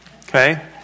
okay